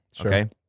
okay